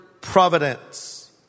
providence